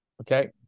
Okay